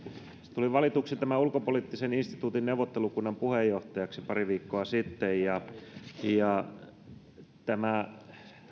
tulin valituksi ulkopoliittisen instituutin neuvottelukunnan puheenjohtajaksi pari viikkoa sitten ja ja tämä